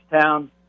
town